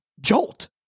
Jolt